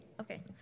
Okay